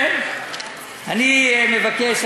אני מבקש,